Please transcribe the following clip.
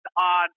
on